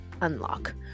unlock